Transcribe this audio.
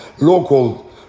local